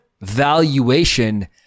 valuation